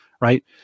Right